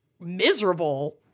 miserable